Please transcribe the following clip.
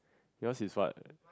yours is what